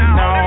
no